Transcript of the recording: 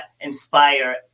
inspire